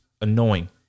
annoying